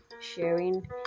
sharing